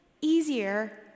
easier